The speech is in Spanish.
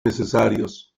necesarios